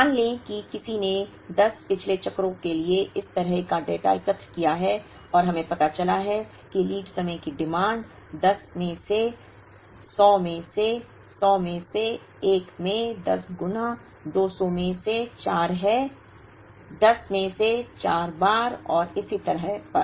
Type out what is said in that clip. मान लें कि किसी ने 10 पिछले चक्रों के लिए इस तरह का डेटा एकत्र किया है और हमें पता चला है कि लीड समय की मांग 10 में से 100 में से 100 में से 1 में 10 गुना 200 में से 4 है 10 में से 4 बार और इसी तरह पर